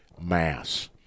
mass